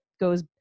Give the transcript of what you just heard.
goes